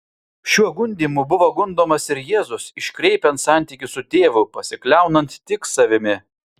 šiuo gundymu buvo gundomas ir jėzus iškreipiant santykį su tėvu pasikliaunant tik savimi